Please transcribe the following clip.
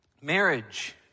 Marriage